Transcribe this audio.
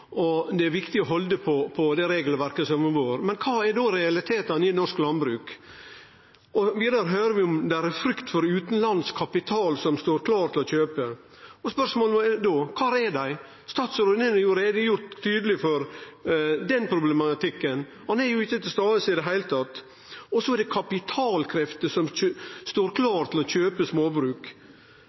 tradisjon har vore viktig, og at det er viktig å halde på det regelverket som har vore. Men kva er realitetane i norsk landbruk? Vidare høyrer vi at det er frykt for utanlandsk kapital som står klar til å kjøpe. Spørsmålet er då: Kvar er dei? Statsråden har gjort tydeleg greie for den problematikken – den er ikkje til stades i det heile. Og så er det kapitalkrefter som står klare til å kjøpe småbruk.